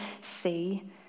see